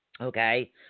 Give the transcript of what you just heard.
Okay